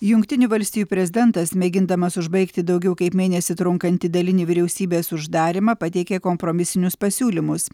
jungtinių valstijų prezidentas mėgindamas užbaigti daugiau kaip mėnesį trunkantį dalinį vyriausybės uždarymą pateikė kompromisinius pasiūlymus